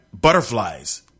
butterflies